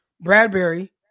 Bradbury